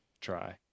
try